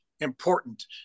important